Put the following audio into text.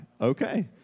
Okay